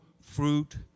fruit